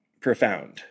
profound